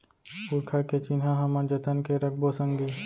पुरखा के चिन्हा हमन जतन के रखबो संगी